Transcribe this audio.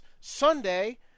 sunday